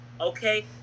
okay